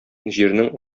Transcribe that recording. җирнең